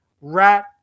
rat